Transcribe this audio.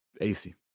AC